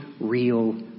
real